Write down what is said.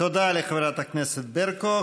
תודה לחברת הכנסת ברקו.